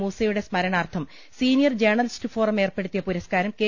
മൂസയുടെ സ്മരണാർഥം senior journalist forum ഏർപ്പെടുത്തിയ പുരസ്കാരം കെ